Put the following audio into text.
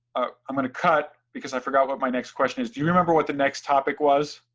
ah i'm gonna cut, because i forgot what my next question is. do you remember what the next topic was?